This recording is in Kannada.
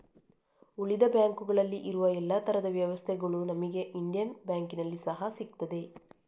ಉಳಿದ ಬ್ಯಾಂಕುಗಳಲ್ಲಿ ಇರುವ ಎಲ್ಲಾ ತರದ ವ್ಯವಸ್ಥೆಗಳು ನಮಿಗೆ ಇಂಡಿಯನ್ ಬ್ಯಾಂಕಿನಲ್ಲಿ ಸಹಾ ಸಿಗ್ತದೆ